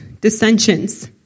dissensions